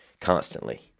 constantly